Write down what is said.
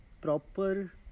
proper